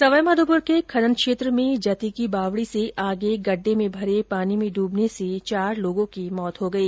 सवाईमाधोपुर के खनन क्षेत्र में जती की बावडी से आगे गड्डे में भरे पानी में ड्रंबने से चार लोगों की मौत हो गई